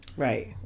Right